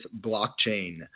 blockchain